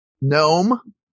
gnome